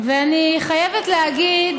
ואני חייבת להגיד